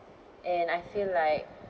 and I feel like